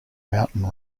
mountain